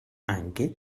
anche